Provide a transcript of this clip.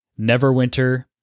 Neverwinter